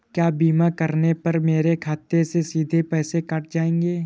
क्या बीमा करने पर मेरे खाते से सीधे पैसे कट जाएंगे?